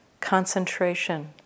concentration